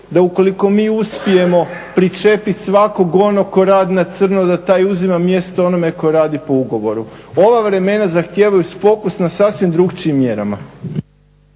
da ukoliko mi uspijemo pričepit svakog onog tko radi na crno da taj uzima mjesto onome tko radi po ugovoru. Ova vremena zahtijevaju fokus na sasvim drugačijim mjerama.